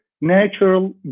natural